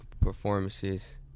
performances